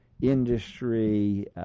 industry